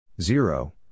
Zero